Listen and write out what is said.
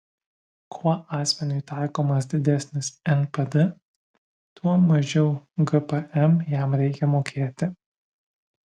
kuo asmeniui taikomas didesnis npd tuo mažiau gpm jam reikia mokėti